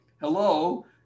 Hello